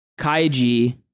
kaiji